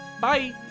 Bye